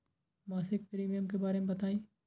मासिक प्रीमियम के बारे मे बताई?